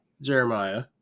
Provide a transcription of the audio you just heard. Jeremiah